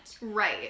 Right